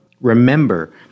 Remember